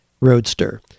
Roadster